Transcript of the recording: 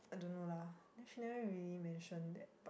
I don't know lah then she never even really mention that